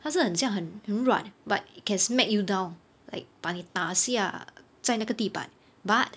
他是很像很软 but can smack you down like 把你打下在那个地板 but